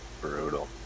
Brutal